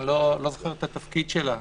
לא זוכר את התפקיד שלה,